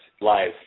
live